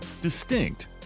distinct